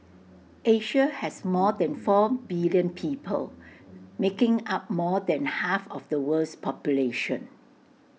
Asia has more than four billion people making up more than half of the world's population